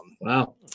Wow